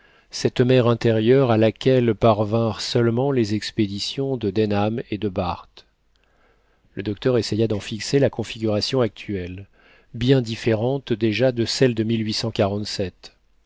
cette mer intérieure à laquelle parvinrent seulement les expéditions de denham et de barth le docteur essaya d'en fixer la configuration actuelle bien différente déjà de celle de